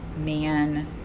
man